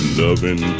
loving